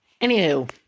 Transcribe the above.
Anywho